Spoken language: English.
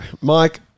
Mike